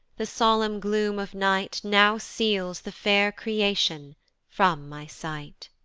the solemn gloom of night now seals the fair creation from my sight.